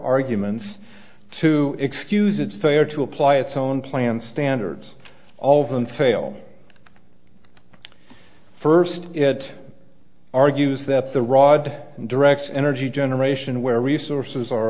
arguments to excuse its failure to apply its own plan standards all of them fail first it argues that the rod directs energy generation where resources are